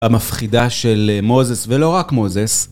המפחידה של מוזס ולא רק מוזס